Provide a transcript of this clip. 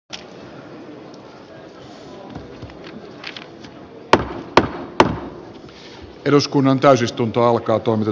edustajille ilmoitetaan äänestysmenettelystä seuraava